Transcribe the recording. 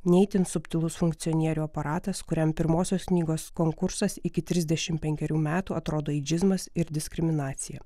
ne itin subtilus funkcionierių aparatas kuriam pirmosios knygos konkursas iki trisdešim penkerių metų atrodo eidžizmas ir diskriminacija